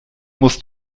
musst